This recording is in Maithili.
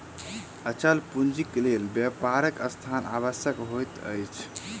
अचल पूंजीक लेल व्यापारक स्थान आवश्यक होइत अछि